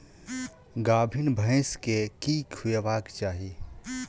गाभीन भैंस केँ की खुएबाक चाहि?